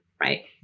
right